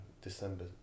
December